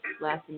last